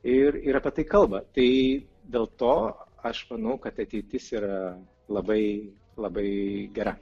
ir ir apie tai kalba tai dėl to aš manau kad ateitis yra labai labai gera